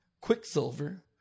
Quicksilver